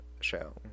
show